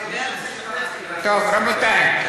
רבותי.